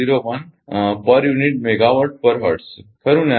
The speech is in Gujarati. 01 પર યુનિટ મેગાવાટ પર હર્ટ્ઝ છે ખરુ ને